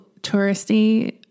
touristy